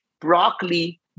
broccoli